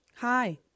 hi